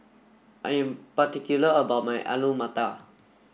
I am particular about my Alu Matar